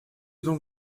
donc